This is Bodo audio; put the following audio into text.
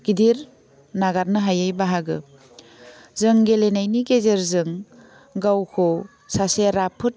गिदिर नागारनो हायै बाहागो जों गेलेनायनि गेजेरजों गावखौ सासे राफोद